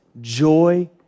joy